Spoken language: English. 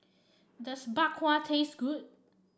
does Bak Kwa taste good